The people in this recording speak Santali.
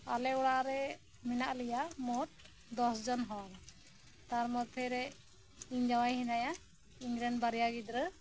ᱟᱞᱮ ᱚᱲᱟᱜ ᱨᱮ ᱢᱮᱱᱟᱜ ᱞᱮᱭᱟ ᱢᱳᱴ ᱫᱚᱥᱡᱚᱱ ᱦᱚᱲ ᱛᱟᱨ ᱢᱚᱫᱽᱫᱷᱮᱨᱮ ᱤᱧ ᱡᱟᱶᱟᱭ ᱦᱮᱱᱟᱭᱟ ᱤᱧ ᱨᱮᱱ ᱵᱟᱨᱭᱟ ᱜᱤᱫᱽᱨᱟᱹ